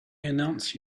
announce